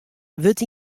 wurdt